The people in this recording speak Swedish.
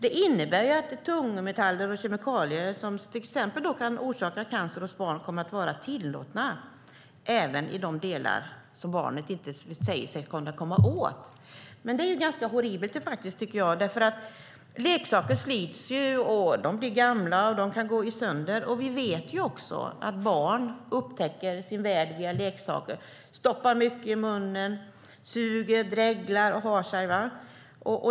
Det innebär att tungmetaller och kemikalier som till exempel kan orsaka cancer hos barn kommer att vara tillåtna i de delar som barn inte sägs kunna komma åt. Det är ganska horribelt. Leksaker slits ju. De blir gamla och kan gå sönder. Vi vet också att barn upptäcker sin värld via leksaker. De stoppar mycket i munnen och suger, dreglar och har sig.